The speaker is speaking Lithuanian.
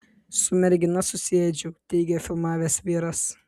su mergina susiėdžiau teigia filmavęs vyras